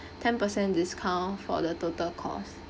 ten percent discount for the total costs